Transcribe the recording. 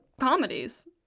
comedies